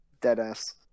Deadass